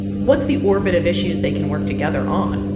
what's the orbit of issues they can work together on?